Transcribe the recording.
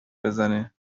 بزنه